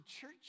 church